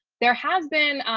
there has been,